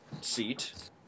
seat